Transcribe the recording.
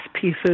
pieces